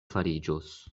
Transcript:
fariĝos